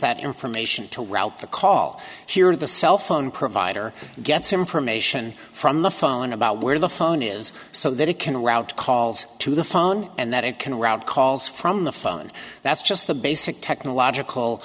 that information to route the call here the cell phone provider gets information from the phone about where the phone is so that it can route calls to the phone and that it can rob calls from the phone that's just the basic technological